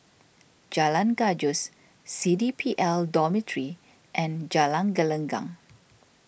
Jalan Gajus C D P L Dormitory and Jalan Gelenggang